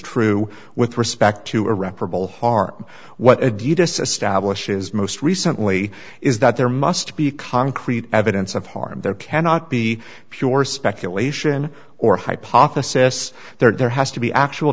true with respect to irreparable harm what adidas establishes most recently is that there must be concrete evidence of harm there cannot be pure speculation or hypothesis there has to be actual